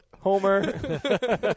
Homer